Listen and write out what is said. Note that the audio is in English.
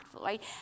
right